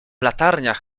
latarniach